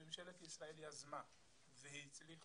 שממשלת ישראל יזמה והצליחה,